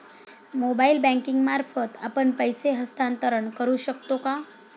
Mobile banking मार्फत आपण पैसे हस्तांतरण करू शकतो का?